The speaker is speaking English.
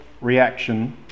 reaction